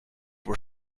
were